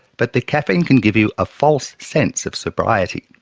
but the caffeine can give you a false sense of sobriety.